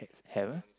error